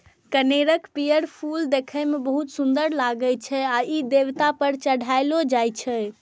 कनेरक पीयर फूल देखै मे बहुत सुंदर लागै छै आ ई देवता पर चढ़ायलो जाइ छै